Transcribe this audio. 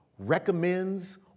recommends